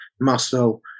muscle